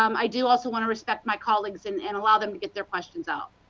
um i do also want to respect my colleagues and and allow them to get their questions out.